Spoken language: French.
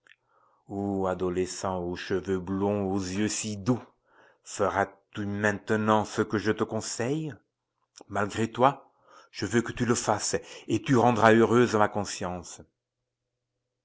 o adolescent aux cheveux blonds aux yeux si doux feras-tu maintenant ce que je te conseille malgré toi je veux que tu le fasses et tu rendras heureuse ma conscience